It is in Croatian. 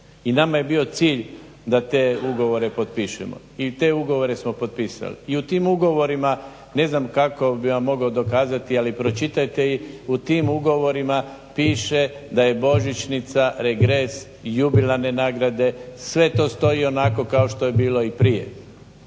I nama je bio cilj da te ugovore potpišemo i te ugovore smo potpisali. I u tim ugovorima ne znam kako bih vam mogao dokazati, ali pročitajte u tim ugovorima piše da je božićnica, regres, jubilarne nagrade sve to stoji onako kao što je bilo i prije.